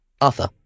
Arthur